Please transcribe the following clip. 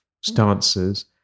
stances